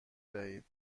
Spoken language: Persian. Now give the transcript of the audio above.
دهید